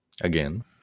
again